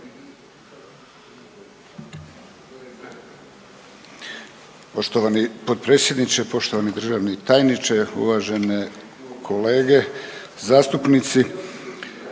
Poštovani potpredsjedniče, poštovani ministre, kolege zastupnici.